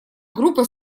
группа